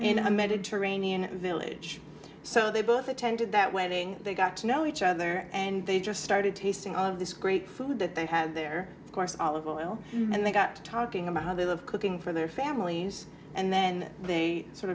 a mediterranean village so they both attended that wedding they got to know each other and they just started tasting all of this great food that they had there of course all of well and they got to talking about how they love cooking for their families and then they sort